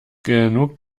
genug